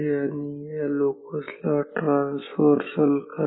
आणि या लोकस ला ट्रान्सव्हर्सल करा